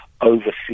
overseas